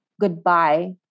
goodbye